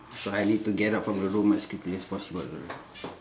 so I need to get out from the room as quickly as possible